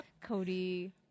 cody